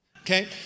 Okay